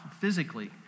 physically